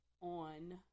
on